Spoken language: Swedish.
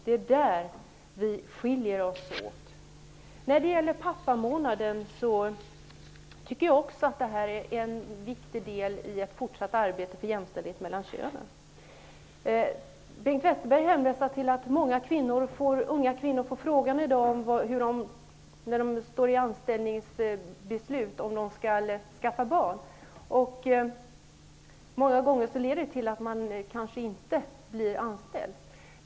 Då skiljer vi oss åt. Jag tycker också att pappamånaden är en viktig del i ett fortsatt arbete för jämställdhet mellan könen. Bengt Westerberg hänvisar till att många unga kvinnor i dag i anställningsintervjuer får frågan om de tänker skaffa barn. Många gånger kanske ett jakande svar leder till att kvinnan inte blir anställd.